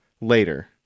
later